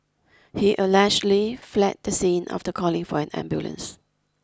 he allegedly fled the scene after calling for an ambulance